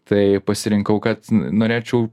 tai pasirinkau kad norėčiau